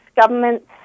governments